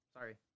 Sorry